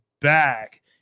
back